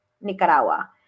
Nicaragua